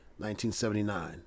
1979